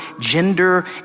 gender